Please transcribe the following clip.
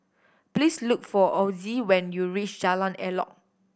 please look for Ozie when you reach Jalan Elok